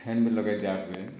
fan ବି ଲଗେଇ ଦିଆ ହୁଏ